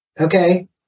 okay